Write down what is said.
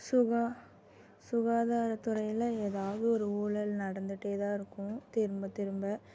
சுகாதாரத்துறையில் ஏதாவது ஒரு ஊழல் நடந்துட்டேதான் இருக்கும் திரும்ப திரும்ப